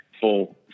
full